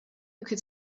could